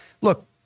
look